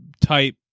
type